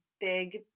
big